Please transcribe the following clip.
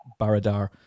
Baradar